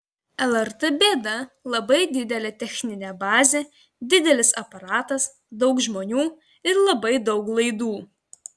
lrt bėda labai didelė techninė bazė didelis aparatas daug žmonių ir labai daug laidų